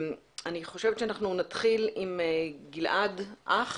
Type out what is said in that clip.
אנחנו נתחיל עם גלעד אך,